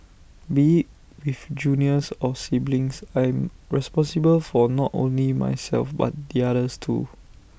be IT with juniors or siblings I'm responsible for not only myself but the others too